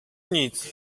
nic